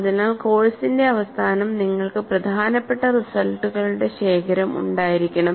അതിനാൽ കോഴ്സിന്റെ അവസാനം നിങ്ങൾക്ക് പ്രധാനപ്പെട്ട റിസൾട്ടുകളുടെ ശേഖരം ഉണ്ടായിരിക്കണം